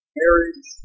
marriage